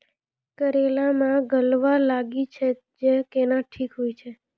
करेला मे गलवा लागी जे छ कैनो ठीक हुई छै?